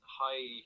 high